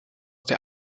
der